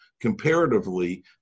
Comparatively